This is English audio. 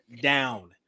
down